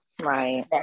right